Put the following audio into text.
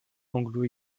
anglo